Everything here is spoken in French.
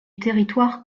territoire